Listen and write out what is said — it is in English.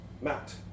Matt